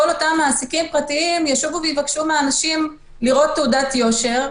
כל אותם מעסיקים פרטיים ישובו ויבקשו מאנשים לראות תעודת יושר.